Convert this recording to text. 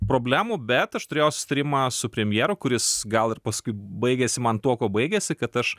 problemų bet aš turėjau susitarimą su premjeru kuris gal ir paskui baigėsi man tuo kuo baigėsi kad aš